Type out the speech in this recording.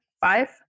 five